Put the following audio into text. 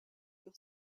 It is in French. par